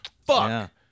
Fuck